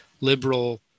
liberal